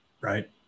right